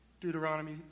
Deuteronomy